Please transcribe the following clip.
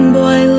boy